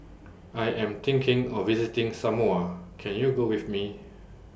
I Am thinking of visiting Samoa Can YOU Go with Me